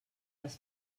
les